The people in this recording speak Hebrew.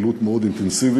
פעילות מאוד אינטנסיבית.